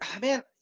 Man